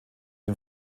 dem